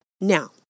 Now